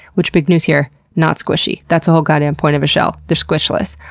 which big news here not squishy. that's the whole goddamn point of a shell they're squishless.